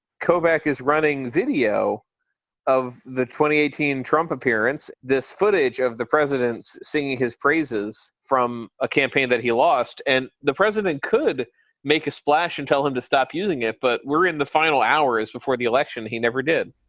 kobach is running video of the twenty eighteen trump appearance this footage of the president singing his praises from a campaign that he lost and the president could make a splash and tell him to stop using it. but we're in the final hours before the election. he never did